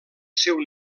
seu